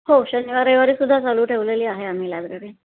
हो शनिवार रविवारीसुद्धा चालू ठेवलेली आहे आम्ही लायब्ररी